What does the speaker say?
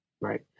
right